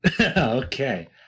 Okay